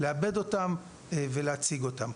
לעבד אותם ולהציג אותם.